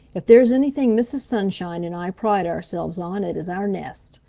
if there's anything mrs. sunshine and i pride ourselves on it is our nest.